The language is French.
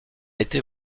était